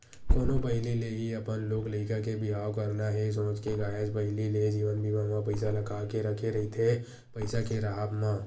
कोनो पहिली ले ही अपन लोग लइका के बिहाव करना हे सोच के काहेच पहिली ले जीवन बीमा म पइसा लगा के रखे रहिथे पइसा के राहब म